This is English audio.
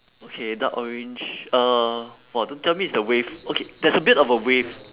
okay dark orange uh !wah! don't tell me it's the wave okay there's a bit of a wave